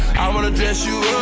i wanna dress you